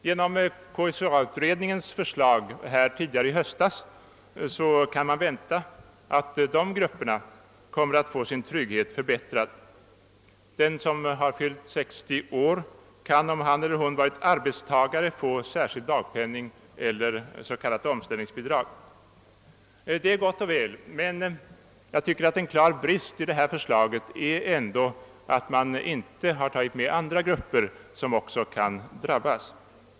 Genom KSA-utredningens förslag tidigare i höstas kan man vänta att dessa grupper kommer att få ökad trygghet. Den som har fyllt 60 år kan, om han eller hon har varit arbetstagare, få särskild dagspenning eller s.k. omställningsbidrag. Detta är gott och väl, men jag tycker att det ändå är en klar brist i förslaget att man inte har tagit med andra grupper som också kan drabbas.